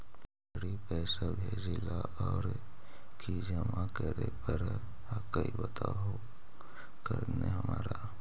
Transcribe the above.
जड़ी पैसा भेजे ला और की जमा करे पर हक्काई बताहु करने हमारा?